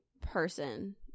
person